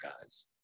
guys